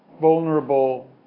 vulnerable